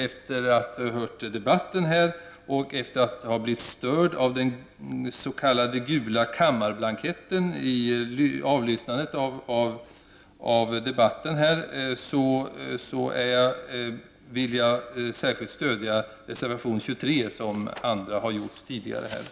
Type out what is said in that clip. Efter att ha hört debatten och efter att under tiden ha blivit störd av den s.k. gula kammarblanketten, vill jag särskilt stödja reservation nr 23, som andra talare har yrkat bifall till tidigare.